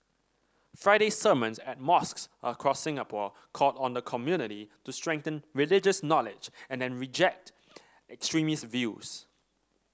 Friday sermons at mosques across Singapore called on the community to strengthen religious knowledge and reject extremist views